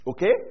Okay